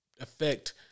affect